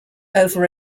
over